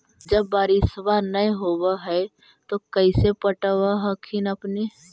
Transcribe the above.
जब बारिसबा नय होब है तो कैसे पटब हखिन अपने?